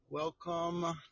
Welcome